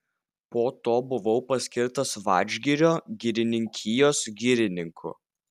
po to buvau paskirtas vadžgirio girininkijos girininku